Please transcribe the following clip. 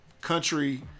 country